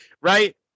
right